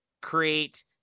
create